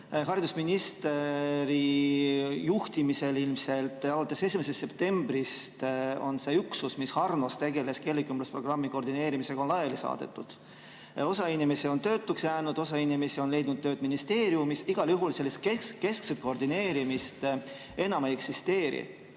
Haridusministri juhtimisel ilmselt on alates 1. septembrist see üksus, mis Arnos tegeles keelekümblusprogrammi koordineerimisega, laiali saadetud. Osa inimesi on töötuks jäänud, osa inimesi on leidnud tööd ministeeriumis, aga igal juhul sellist keskset koordineerimist enam ei eksisteeri.